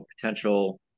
potential –